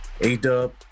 A-Dub